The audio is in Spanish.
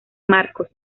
marcos